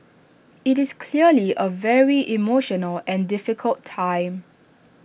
IT is clearly A very emotional and difficult time